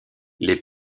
les